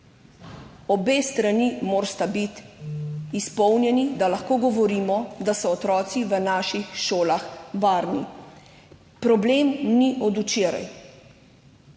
Obe strani morata biti izpolnjeni, da lahko govorimo, da so otroci v naših šolah varni. Problem ni od včeraj,